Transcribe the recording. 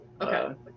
Okay